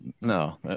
No